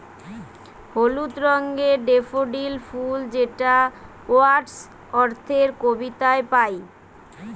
হলুদ রঙের ডেফোডিল ফুল যেটা ওয়ার্ডস ওয়ার্থের কবিতায় পাই